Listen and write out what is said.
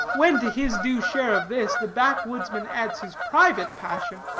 when to his due share of this the backwoodsman adds his private passion,